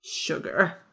sugar